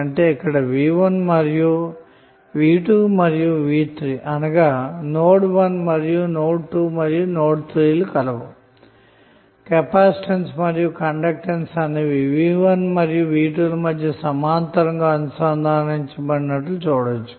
అంటే ఇక్కడ v1 v2 మరియు v3 అనగా నోడ్ 1 నోడ్ 2 మరియు నోడ్ 3 లు కలవు కెపాసిటెన్స్ మరియు కండక్టెన్స్ అన్నవి v1 మరియు v2 ల మధ్య సమాంతరంగా అనుసంధానించినట్లు చూడచ్చు